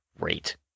great